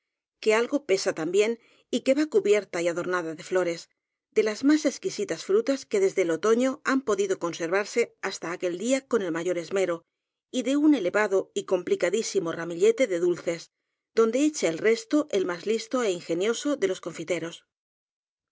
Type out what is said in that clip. que algo pesa también y que va cubierta y adornada de flores de las más exquisi tas frutas que desde el otoño han podido conser varse hasta aquel día con el mayor esmero y de un elevado y complicadísimo ramillete de dulces don de echa el resto el más listo é ingenioso de los